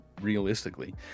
realistically